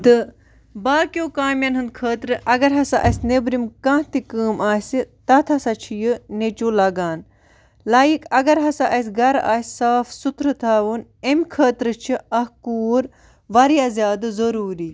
تہٕ باقیو کامٮ۪ن ہٕنٛد خٲطرٕ اگر ہَسا اَسہِ نیٚبرِم کانٛہہ تہِ کٲم آسہِ تَتھ ہَسا چھِ یہِ نیٚچِو لَگان لایک اگر ہَسا اَسہِ گَرٕ آسہِ صاف سُتھرٕ تھاوُن امہِ خٲطرٕ چھِ اَکھ کوٗر واریاہ زیادٕ ضٔروٗری